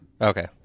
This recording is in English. Okay